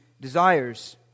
desires